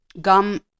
gum